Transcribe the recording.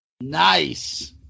Nice